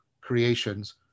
creations